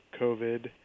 COVID